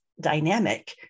dynamic